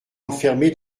enfermé